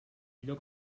lloc